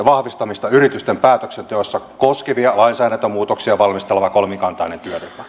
vahvistamista yritysten päätöksenteossa koskevia lainsäädäntömuutoksia valmisteleva kolmikantainen työryhmä